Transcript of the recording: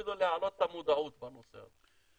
אפילו להעלות את המודעות בנושא הזה.